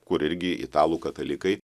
kur irgi italų katalikai